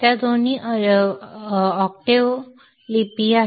त्या दोन्ही अष्टक लिपी आहेत